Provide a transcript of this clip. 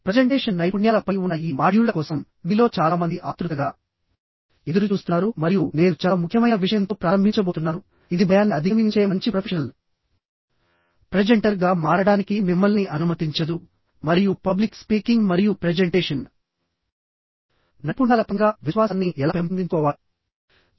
presentation నైపుణ్యాలపై ఉన్న ఈ మాడ్యూళ్ళ కోసం మీలో చాలా మంది ఆత్రుతగా ఎదురుచూస్తున్నారు మరియు నేను చాలా ముఖ్యమైన విషయంతో ప్రారంభించబోతున్నానుఇది భయాన్ని అధిగమించే మంచి ప్రొఫెషనల్ ప్రెజెంటర్గా మారడానికి మిమ్మల్ని అనుమతించదు మరియు పబ్లిక్ స్పీకింగ్ మరియు ప్రెజెంటేషన్ నైపుణ్యాల పరంగా విశ్వాసాన్ని ఎలా పెంపొందించుకోవాలి